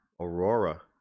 Aurora